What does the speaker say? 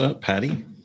Patty